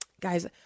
guys